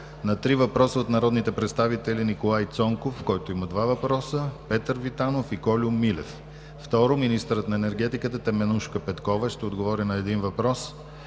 на три въпроса от народните представители Николай Цонков – два въпроса; Петър Витанов и Кольо Милев. 2. Министърът на енергетиката Теменужка Петкова ще отговори на един въпрос